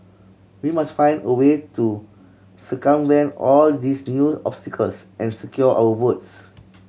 we must find a way to circumvent all these new obstacles and secure our votes